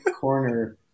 corner